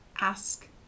ask